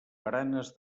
baranes